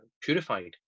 purified